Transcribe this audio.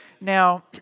now